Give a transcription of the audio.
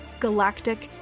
galactic.